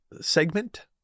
segment